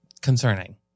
concerning